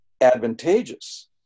advantageous